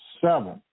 seven